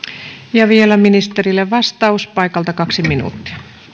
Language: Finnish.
vielä ministerille vastaus paikalta kaksi minuuttia